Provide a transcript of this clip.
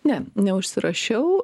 ne neužsirašiau